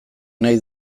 nahi